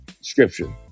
scripture